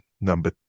number